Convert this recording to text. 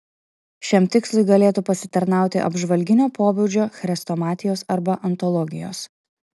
šiam tikslui galėtų pasitarnauti apžvalginio pobūdžio chrestomatijos arba antologijos